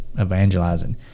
evangelizing